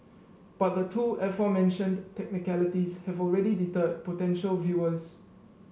but the two aforementioned technicalities have already deterred potential viewers